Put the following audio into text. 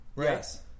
Yes